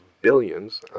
billions